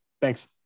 Thanks